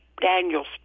Daniels